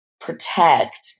protect